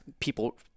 people